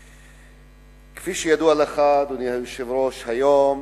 כפי שידוע לך, אדוני היושב-ראש, היום